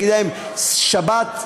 להגיד להם: שבת,